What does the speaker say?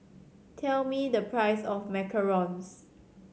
tell me the price of macarons